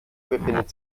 befindet